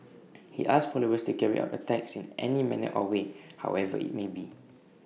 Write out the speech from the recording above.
he asked followers to carry out attacks in any manner or way however IT may be